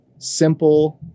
Simple